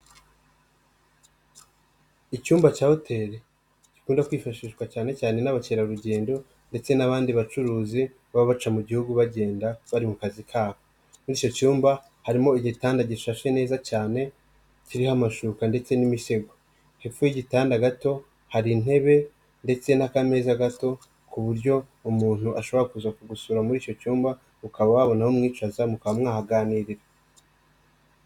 Icyumba cya hoteli gikunda kwifashishwa cyane cyane n'abakerarugendo ndetse n'abandi bacuruzi baba baca mu Gihugu bagenda bari mu kazi kabo. Muri icyo cyumba harimo igitanda gishashe neza cyane kiriho amashuka ndetse n'imisego. Hepfo y'igitanda gato, hari intebe ndetse n'akameza gato. Ku buryo umuntu ashobora kuza kugusura muri icyo cyumba, ukaba wabona aho umwicaza mukaba mwahaganirira.